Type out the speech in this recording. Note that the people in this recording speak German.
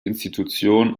institution